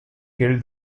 killed